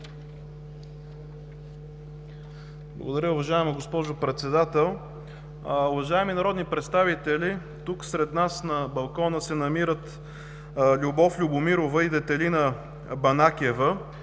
Благодаря, уважаема госпожо Председател. Уважаеми народни представители, на балкона се намират Любов Любомирова и Детелина Банакиева,